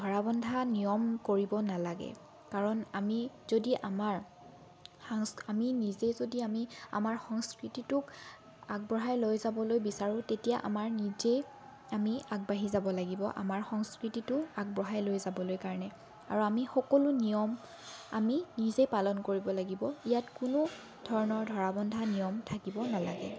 ধৰাবন্ধা নিয়ম কৰিব নালাগে কাৰণ আমি যদি আমাৰ সাং আমি নিজে যদি আমাৰ সংস্কৃতিটোক আগবঢ়াই লৈ যাবলৈ বিচাৰোঁ তেতিয়া আমাৰ নিজেই আমি আগবাঢ়ি যাব লাগিব আমাৰ সংস্কৃতিটো আগবঢ়াই লৈ যাবলৈ কাৰণে আৰু আমি সকলো নিয়ম আমি নিজে পালন কৰিব লাগিব ইয়াত কোনো ধৰণৰ ধৰাবন্ধা নিয়ম থাকিব নালাগে